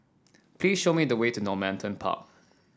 please show me the way to Normanton Park